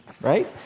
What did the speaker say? right